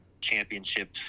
championship